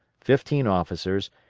fifteen officers,